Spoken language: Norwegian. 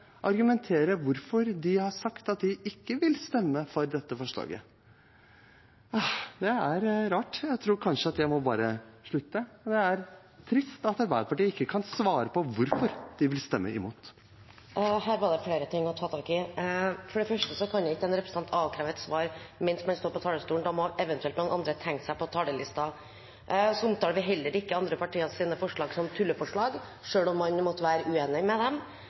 har sagt at de ikke vil stemme for dette forslaget. Det er rart. Jeg tror kanskje jeg bare må slutte, men det er trist at Arbeiderpartiet ikke kan svare på hvorfor de vil stemme imot. Her var det flere ting å ta tak i. For det første kan ikke en representant avkreve et svar mens han står på talerstolen. Da må eventuelt noen andre tegne seg på talerlisten. Vi omtaler heller ikke andre partiers forslag som «tulleforslag», selv om man måtte være uenig med dem.